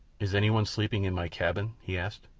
is anyone sleeping in my cabin? he asked.